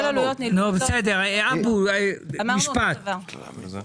אמרנו אותו דבר.